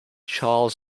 charles